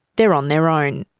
they're on their own.